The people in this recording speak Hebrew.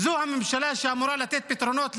זו הממשלה שאמורה לתת פתרונות לאנשים,